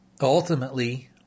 ultimately